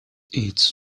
its